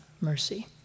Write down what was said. mercy